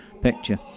Picture